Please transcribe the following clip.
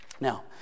Now